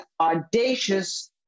audacious